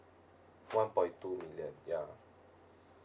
one point two million ya